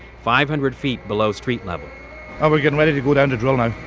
five hundred feet below street level ah we're getting ready to go down to drill now.